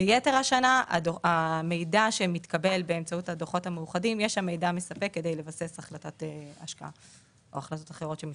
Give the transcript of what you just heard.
יש בדוחות המאוחדים מידע מספק כדי לבסס החלטת השקעה או החלטות אחרות.